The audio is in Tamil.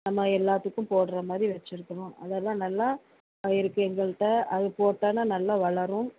நம்ம எல்லாத்துக்கும் போட்றமாதிரி வச்சுயிருக்கறோம் அதெலாம் நல்லா இருக்கு எங்கள்கிட்ட அது போட்டாலும் நல்லா வளரும்